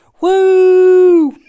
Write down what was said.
woo